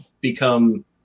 become